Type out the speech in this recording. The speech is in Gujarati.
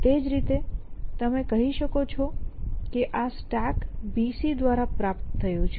તે જ રીતે તમે કહી શકો છો કે આ StackBC દ્વારા પ્રાપ્ત થયું છે